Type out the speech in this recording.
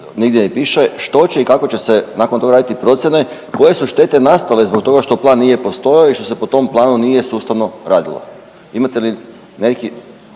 nigdje ne piše, što će i kako će se nakon toga raditi procjene koje su štete nastale zbog toga što plan nije postojao i što se po tom planu nije sustavno radilo, imate li neki,